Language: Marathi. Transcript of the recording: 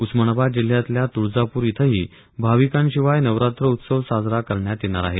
उस्मानाबाद जिल्ह्यातल्या तुळजापूर इथंही भाविकांशिवाय नवरात्रौत्सव साजरा करण्यात येणार आहे